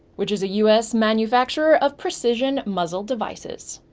which is a u s. manufacturer of precision muzzle devices.